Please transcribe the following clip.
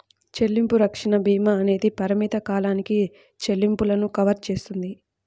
చెల్లింపు రక్షణ భీమా అనేది పరిమిత కాలానికి చెల్లింపులను కవర్ చేస్తుంది